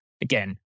Again